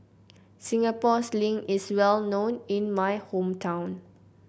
Singapore Sling is well known in my hometown